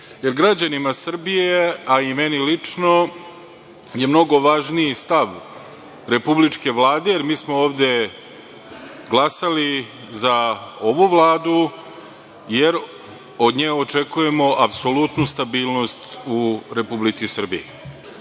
jer građanima Srbije, a i meni lično je mnogo važniji stav republičke Vlade. Mi smo ovde glasali za ovu Vladu, jer od nje očekujemo apsolutnu stabilnost u Republici Srbiji.